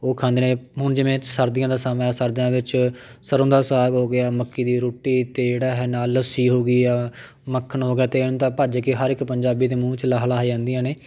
ਉਹ ਖਾਂਦੇ ਨੇ ਹੁਣ ਜਿਵੇਂ ਸਰਦੀਆਂ ਦਾ ਸਮਾਂ ਹੈ ਸਰਦੀਆਂ ਵਿੱਚ ਸਰ੍ਹੋਂ ਦਾ ਸਾਗ ਹੋ ਗਿਆ ਮੱਕੀ ਦੀ ਰੋਟੀ ਅਤੇ ਜਿਹੜਾ ਹੈ ਨਾਲ ਲੱਸੀ ਹੋ ਗਈ ਆ ਮੱਖਣ ਹੋ ਗਿਆ ਅਤੇ ਇਹਨੂੰ ਤਾਂ ਭੱਜ ਕੇ ਹਰ ਇੱਕ ਪੰਜਾਬੀ ਦੇ ਮੂੰਹ 'ਚ ਲਾਹਲ ਆ ਜਾਂਦੀਆਂ ਨੇ